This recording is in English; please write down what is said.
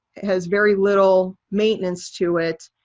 has very little maintenance to it.